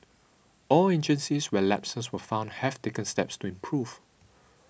all agencies where lapses were found have taken steps to improve